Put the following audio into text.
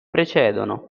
precedono